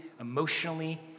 emotionally